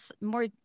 more